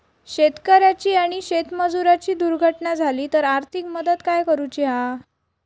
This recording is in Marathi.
शेतकऱ्याची आणि शेतमजुराची दुर्घटना झाली तर आर्थिक मदत काय करूची हा?